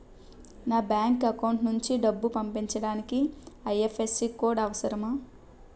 నా bank account నుంచి డబ్బు పంపించడానికి ఐ.ఎఫ్.ఎస్.సి కోడ్ అవసరమా?